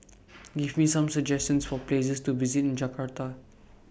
Give Me Some suggestions For Places to visit in Jakarta